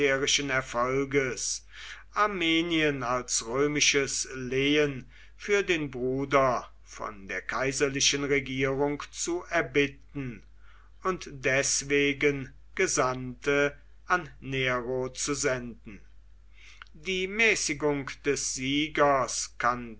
erfolges armenien als römisches lehen für den bruder von der kaiserlichen regierung zu erbitten und deswegen gesandte an nero zu senden die mäßigung des siegers